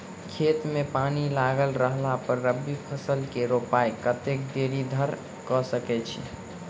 खेत मे पानि लागल रहला पर रबी फसल केँ रोपाइ कतेक देरी धरि कऽ सकै छी?